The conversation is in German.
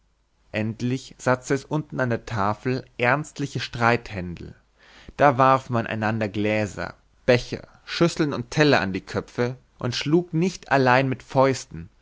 endlich satzte es unten an der tafel ernstliche streithändel da warf man einander gläser becher schüsseln und teller an die köpfe und schlug nicht allein mit fäusten